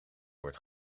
wordt